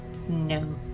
No